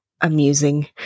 amusing